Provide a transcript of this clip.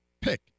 pick